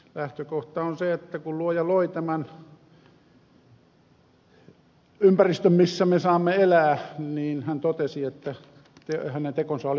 lähtökohta on se että kun luoja loi tämän ympäristön missä me saamme elää hän totesi että hänen tekonsa olivat hyvät